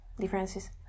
differences